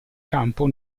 campo